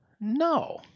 No